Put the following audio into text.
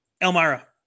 Elmira